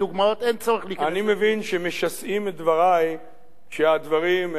אני מבין שמשסעים את דברי כשהדברים הם מדכאים,